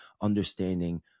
understanding